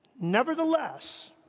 Nevertheless